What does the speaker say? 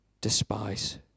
despise